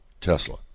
Tesla